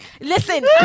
listen